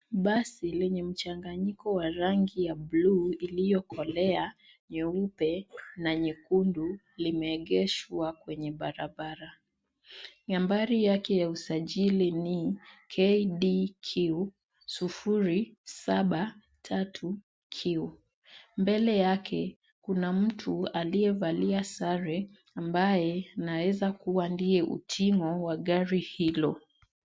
Basi lenye mchanganyiko wa rangi ya bluu, iliyokolea, nyeupe, na nyekundu, limeegeshwa kwenye barabara. Nambari yake ya usajili ni, KDQ 073 Q, mbele yake, mtu, aliyevalia sare, ambaye, naeza kuwa ndiye utingo, wa gari hilo.